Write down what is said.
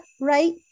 right